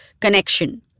connection